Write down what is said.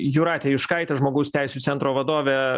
jūratė juškaitė žmogaus teisių centro vadovė